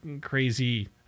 crazy